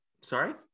Sorry